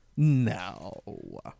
No